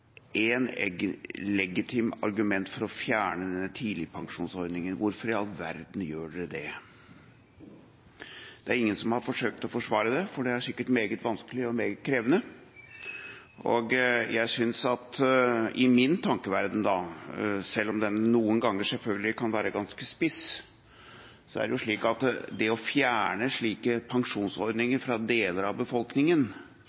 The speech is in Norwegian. høre ett legitimt argument for å fjerne denne tidligpensjonsordninga. Hvorfor i all verden gjør de det? Det er ingen som har forsøkt å forsvare det, for det er sikkert meget vanskelig og meget krevende. I min tankeverden – som noen ganger selvfølgelig kan være ganske spiss – er det slik at det å fjerne slike